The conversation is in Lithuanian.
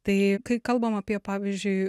tai kai kalbam apie pavyzdžiui